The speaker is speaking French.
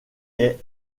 est